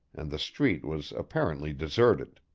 and the street was apparently deserted.